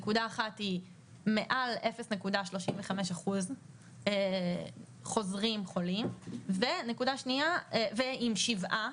נקודה אחת היא מעל 0.35% חוזרים חולים ועם שבעה